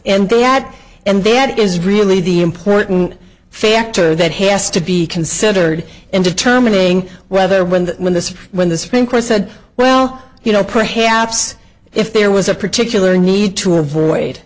and they add and that is really the important factor that has to be considered in determining whether when the when this when the supreme court said well you know perhaps if there was a particular need to avoid